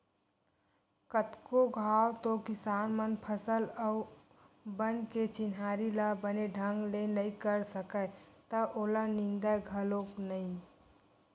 कतको घांव तो किसान मन फसल अउ बन के चिन्हारी ल बने ढंग ले नइ कर सकय त ओला निंदय घलोक नइ